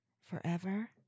Forever